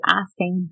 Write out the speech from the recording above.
asking